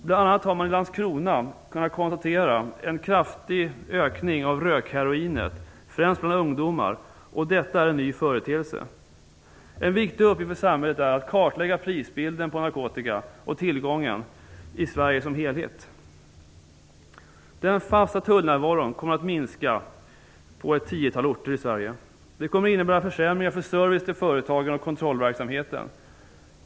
Bl.a. har man i Landskrona kunnat konstatera en kraftig ökning av rökheroinet, främst bland ungdomar, och detta är en ny företeelse. En viktig uppgift för samhället är att kartlägga prisbilden och tillgången på narkotika i Sverige som helhet. Den fasta tullnärvaron kommer att minska på ett tiotal orter i Sverige. Det kommer att innebära försämringar för service till företagen och kontrollverksamheten.